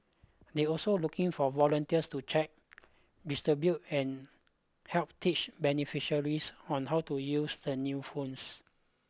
they're also looking for volunteers to check distribute and help teach beneficiaries on how to use the new phones